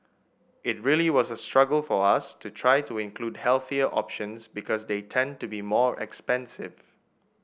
it really was a struggle for us to try to include healthier options because they tend to be more expensive